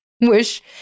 wish